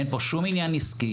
אין כאן שום עניין עסקי.